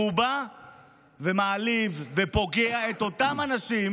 והוא בא ומעליב ופוגע באותם אנשים